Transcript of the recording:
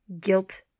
Guilt